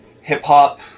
hip-hop